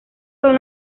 son